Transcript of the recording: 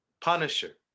punisher